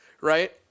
right